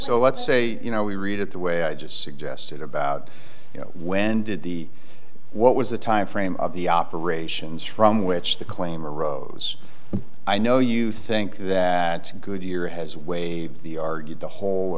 so let's say you know we read it the way i just suggested about you know when did the what was the time frame of the operations from which the claim arose i know you think that goodyear has a way of the argue the whole